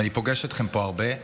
אני פוגש אתכם פה הרבה,